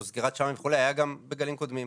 או סגירת שמים וכו' היה גם בגלים קודמים.